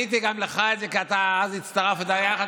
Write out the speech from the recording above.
עניתי גם לך את זה, כי אתה הצטרפת לחברת